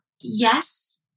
yes